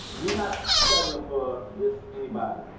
we not settling for just anybody.